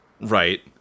Right